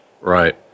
Right